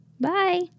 Bye